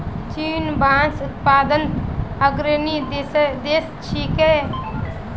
चीन बांस उत्पादनत अग्रणी देश छिके